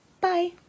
Bye